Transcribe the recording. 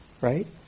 Right